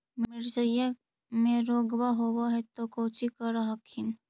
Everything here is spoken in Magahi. मिर्चया मे रोग्बा होब है तो कौची कर हखिन?